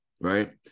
right